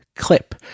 clip